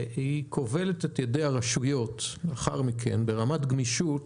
כובלת את ידי הרשויות לאחר מכן, ברמת גמישות